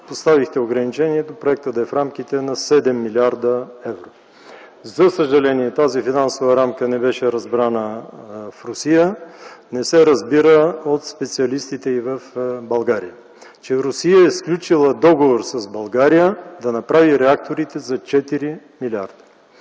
поставихте ограничението проектът да е в рамките на 7 млрд. евро. За съжаление, тази финансова рамка не беше разбрана в Русия, не се разбира от специалистите и в България – че Русия е сключила договор с България да направи реакторите за 4 милиарда.